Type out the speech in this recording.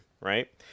right